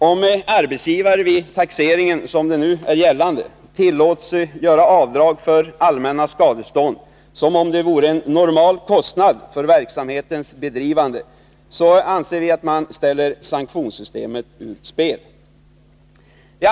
Om arbetsgivare vid den taxering som nu gäller tillåts göra avdrag för allmänna skadestånd som om det vore fråga om en normal kostnad för verksamhetens bedrivande, så anser vi att sanktionssystemet sätts ur spel.